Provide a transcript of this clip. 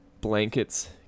Blankets